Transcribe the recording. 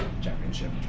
championship